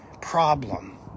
problem